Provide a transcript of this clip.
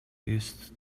ist